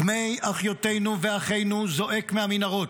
דמי אחיותינו ואחינו זועקים מהמנהרות.